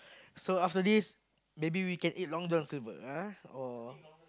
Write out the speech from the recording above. so after this maybe we can eat Long-John-Silver ah or